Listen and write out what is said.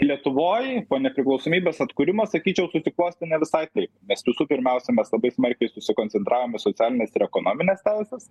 lietuvoj po nepriklausomybės atkūrimo sakyčiau susiklostė ne visai taip mes visų pirmiausia mes labai smarkiai susikoncentravom į socialines ir ekonomines teises